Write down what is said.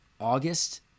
August